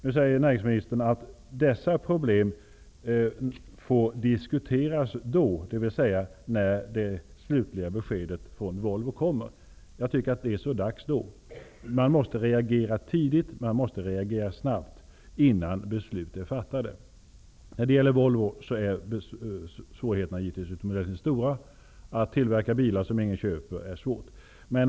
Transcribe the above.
Näringsministern säger nu att ''dessa problem får diskuteras då'', dvs. när det slutliga beskedet från Volvo kommer. Det är så dags då! Man måste reagera tidigt, och man måste reagera snabbt, innan beslut är fattade. När det gäller Volvo är svårigheterna givetvis utomordentligt stora. Att tillverka bilar som ingen köper är svårt.